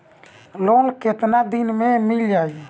Loan कितना दिन में मिल जाई?